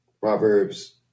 Proverbs